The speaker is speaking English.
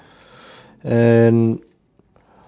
and